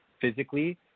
physically